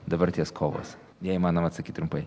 dabarties kovos jei įmanoma atsakyt trumpai